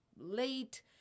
late